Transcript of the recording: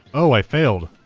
oh, i failed,